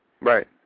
Right